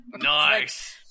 Nice